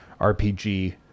RPG